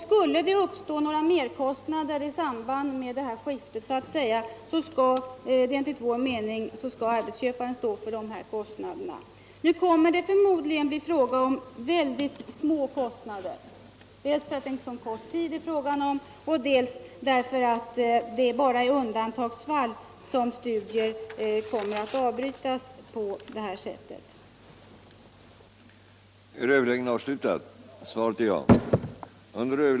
Skulle det uppstå några merkostnader i samband med skiftet skall, enligt vår mening, arbetsköparen stå för dem. Det kommer förmodligen att bli fråga om mycket små kostnader, dels därför att det gäller en mycket kort tid, dels därför att det bara är i undantagsfall som studier kommer att avbrytas på det här sättet.